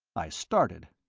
i started.